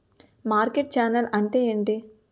Market channel అంటే ఏంటి?